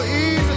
easy